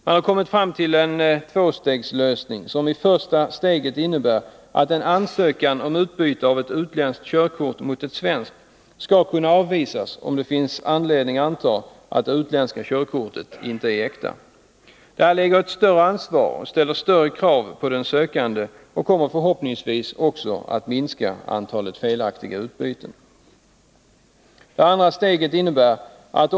Man har kommit fram till en tvåstegslösning, som i första steget innebär att en ansökan om utbyte av ett utländskt körkort till ett svenskt skall kunna avvisas, om det finns anledning att anta att det utländska körkortet inte är äkta. Därmed läggs ett större ansvar och ställs större krav på sökanden. Förhoppningsvis kommer på det sättet också antalet felaktiga utbyten att minska. Det andra steget innebär följande.